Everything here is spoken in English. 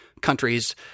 countries